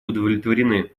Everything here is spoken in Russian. удовлетворены